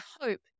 hope